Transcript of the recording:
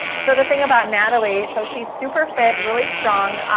so the thing about natalie, so she's super fit, really strong,